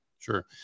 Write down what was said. Sure